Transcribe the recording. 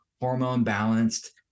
hormone-balanced